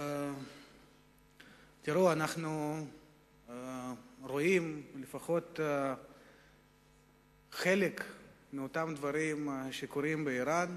אנחנו רואים לפחות חלק מאותם דברים שקורים באירן.